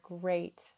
great